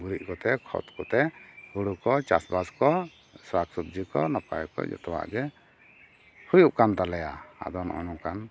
ᱜᱩᱨᱤᱡ ᱠᱚᱛᱮ ᱠᱷᱚᱛ ᱠᱚᱛᱮ ᱦᱩᱲᱩ ᱠᱚ ᱪᱟᱥᱵᱟᱥ ᱠᱚ ᱥᱚᱠᱥᱚᱵᱡᱤ ᱠᱚ ᱱᱟᱯᱟᱭ ᱚᱠᱚᱡ ᱡᱚᱛᱚᱣᱟᱜ ᱜᱮ ᱦᱩᱭᱩᱜ ᱠᱟᱱ ᱛᱟᱞᱮᱭᱟ ᱟᱫᱚ ᱱᱚᱜᱼᱚ ᱱᱚᱝᱠᱟᱱ